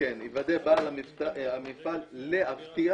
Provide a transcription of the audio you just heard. יוודא בעל המפעל להבטיח